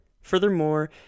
Furthermore